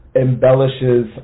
embellishes